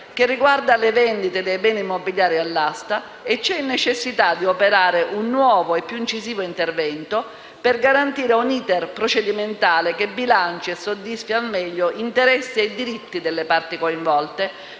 che riguarda le vendite dei beni immobiliari all'asta e c'è necessità di operare un nuovo e più incisivo intervento, per garantire un *iter* procedimentale che bilanci e soddisfi al meglio interessi e diritti delle parti coinvolte,